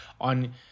on